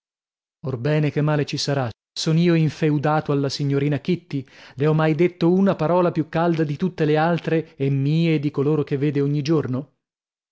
orbene che male ci sarà son io infeudato alla signorina kitty le ho mai detto una parola più calda di tutte le altre e mie e di coloro che vede ogni giorno